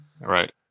Right